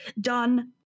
done